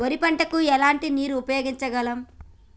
వరి పంట కు ఎలాంటి నీరు ఉపయోగించగలం?